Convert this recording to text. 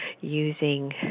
using